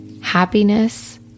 Happiness